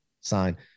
sign